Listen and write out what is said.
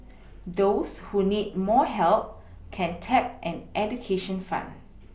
those who need more help can tap an education fund